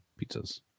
pizzas